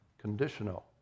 conditional